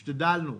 השתדלנו,